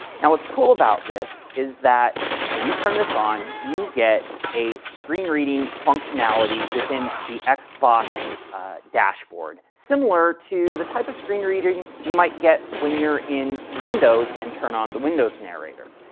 now, what's cool about this is that when you turn this on, you get a screen reading functionality within the xbox xbox dashboard, similar to the type of screen reading you might get when you're in windows and turn on the windows narrator.